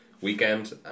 weekend